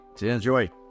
Enjoy